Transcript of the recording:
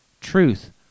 truth